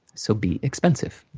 so be expensive.